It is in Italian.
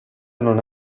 non